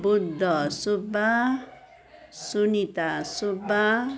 Buddha Subba Sunita Subba